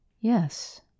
Yes